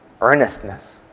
earnestness